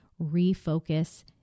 refocus